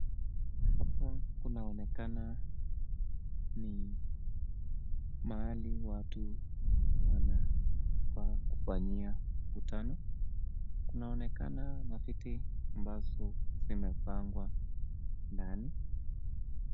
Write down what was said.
Hapa kunaonekana ni mahali watu wanafaa kufanyia mkutano. Kunaonekana maviti ambazo vimepangwa ndani.